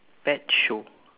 pet show